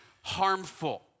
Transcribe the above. harmful